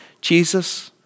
Jesus